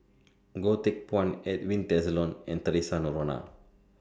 Goh Teck Phuan Edwin Tessensohn and Theresa Noronha